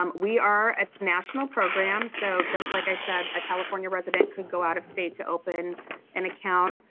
um we are a national program so just like i said a california resident could go out of state to open an account,